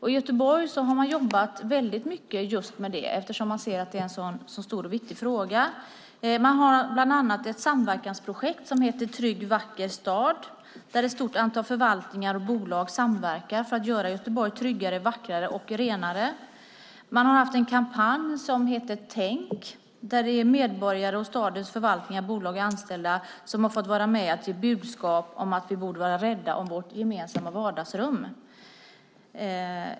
I Göteborg har man jobbat mycket just med detta, eftersom man ser att det är en så stor och viktig fråga. Man har bland annat ett samverkansprojekt som heter Trygg, vacker stad, där ett stort antal förvaltningar och bolag samverkar för att göra Göteborg tryggare, vackrare och renare. Man har haft en kampanj som hette Tänk, där medborgare och stadens förvaltning, bolag och anställda har fått vara med i budskapet att vi borde vara rädda om vårt gemensamma vardagsrum.